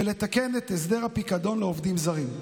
ולתקן את הסדר הפיקדון לעובדים זרים.